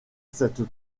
cette